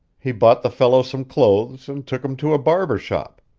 he bought the fellow some clothes and took him to a barber shop.